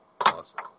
Awesome